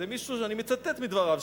זה מישהו שאני מצטט מדבריו,